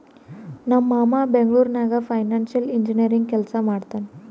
ನಮ್ ಮಾಮಾ ಬೆಂಗ್ಳೂರ್ ನಾಗ್ ಫೈನಾನ್ಸಿಯಲ್ ಇಂಜಿನಿಯರಿಂಗ್ ಕೆಲ್ಸಾ ಮಾಡ್ತಾನ್